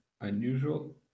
unusual